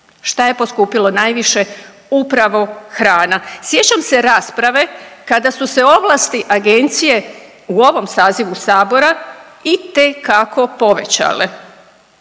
Šta je poskupilo najviše? Upravo hrana. Sjećam se rasprave kada su se ovlasti agencije u ovom sazivu sabora itekako povećale.